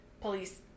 police